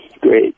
great